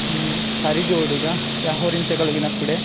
సరిజోడిగా వ్యవహరించగలిగినప్పుడే